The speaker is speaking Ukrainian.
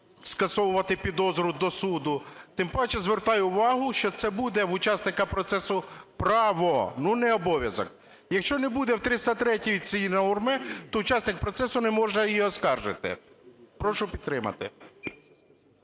скасовувати підозру до суду. Тим паче звертаю увагу, що це буде в учасника процесу право, але не обов'язок. Якщо не буде 303 цієї норми, то учасник процесу не може її оскаржити. Прошу підтримати.